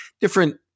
different